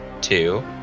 two